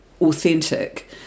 authentic